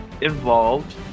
involved